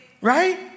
Right